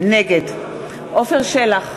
נגד עפר שלח,